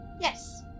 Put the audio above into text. yes